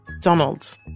Donald